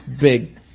big